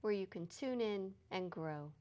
where you can tune in and grow